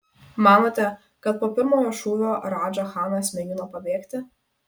manote kad po pirmojo šūvio radža chanas mėgino pabėgti